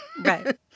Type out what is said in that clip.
Right